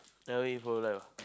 L_A for life